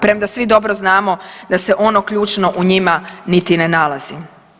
Premda svi dobro znamo da se ono ključno u njima niti ne nalazi.